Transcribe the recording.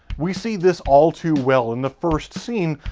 we see this all too well in the first scene,